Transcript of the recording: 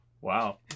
wow